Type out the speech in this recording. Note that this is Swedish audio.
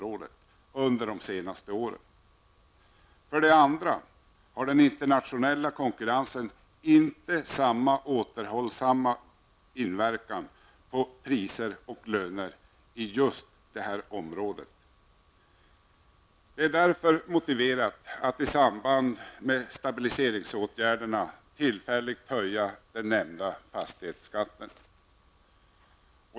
För det andra har den internationella konkurrensen inte samma återhållande inverkan på priser och löner på just det här området. Det är därför motiverat att -- i samband med stabiliseringsåtgärderna -- tillfälligt höja den nämnda fastighetsskatten.